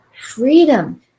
Freedom